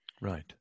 Right